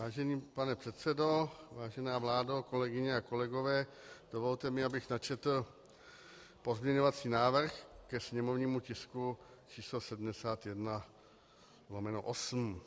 Vážený pane předsedo, vážená vládo, kolegyně a kolegové, dovolte mi, abych načetl pozměňovací návrh ke sněmovnímu tisku č. 71/8.